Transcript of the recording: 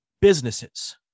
businesses